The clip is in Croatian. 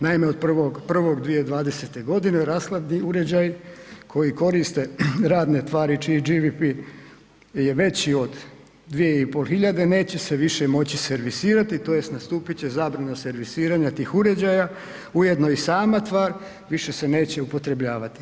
Naime, od 1.1.2020. godine rashladni uređaji koji koriste radne tvari čiji … je veći od 2.500 neće se više moći servisirati tj. nastupit će zabrana servisiranja tih uređaja, ujedno i sama tvar više se neće upotrebljavati.